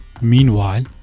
Meanwhile